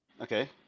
Okay